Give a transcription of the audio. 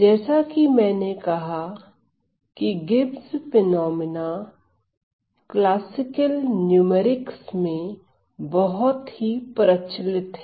जैसा कि मैंने कहा की गिब्स फिनोमिना क्लासिकल न्यूमैरिक में बहुत ही प्रचलित है